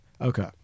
Okay